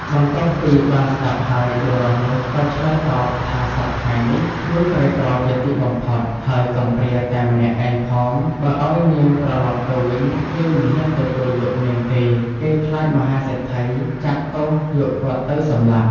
បន្ទាប់់ពីបានស្តាប់ហើយ បុរសនោះក៏ឆ្លើយតបថាសព្វថ្ងៃនេះខ្លួនក្រីក្រជាទីបំផុត ហើយកំព្រាតែម្នាក់ឯងផងបើឲ្យនាងត្រឡប់ទៅវិញគេមិនហ៊ានទទួលយកនាងទេគេខ្លាចមហាសេដ្ឋីចាប់ទោសយកគាត់ទៅសម្លាប់។